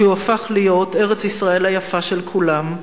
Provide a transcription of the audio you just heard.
כי הוא הפך להיות ארץ-ישראל היפה של כולם.